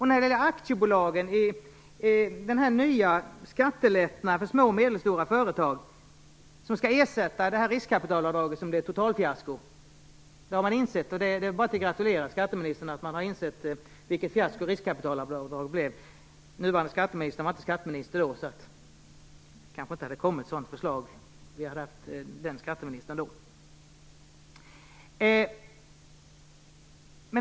När det gäller aktiebolagen är det den nya skattelättnaden för små och medelstora företag som skall ersätta riskkapitalavdraget, som blev totalfiasko. Det har man insett. Det är bara att gratulera skatteministern till att man har insett vilket fiasko riskkapitalavdragen blev. Det hade kanske inte kommit ett sådant förslag om vi hade haft den nuvarande skatteministern då.